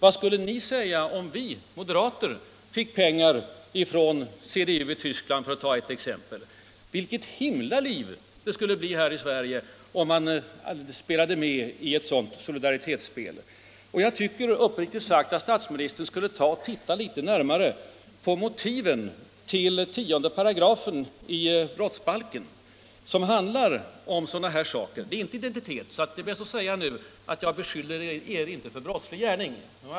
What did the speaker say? Vad skulle ni säga om vi moderater fick pengar från CDU i Tyskland, för att ta ett exempel? Vilket himla liv skulle det inte bli här i Sverige om vi spelade med i ett sådant solidaritetsspel. Jag tycker uppriktigt sagt att statsministern skulle titta litet närmare i motiven för 10 § 19 kap. i brottsbalken, som handlar om sådana här saker. Det är inte fråga om identitet i sak mellan vad som där avhandlas och det vi nu debatterar, och det är bäst att säga att jag inte beskyller er för brottslig gärning.